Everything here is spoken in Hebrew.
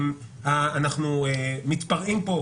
אנחנו מתפרעים כאן